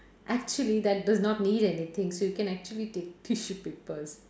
actually that does not need anything so you can actually take tissue papers